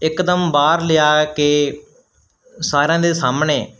ਇਕਦਮ ਬਾਹਰ ਲਿਆ ਕੇ ਸਾਰਿਆਂ ਦੇ ਸਾਹਮਣੇ